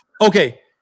Okay